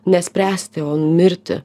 nespręsti o numirti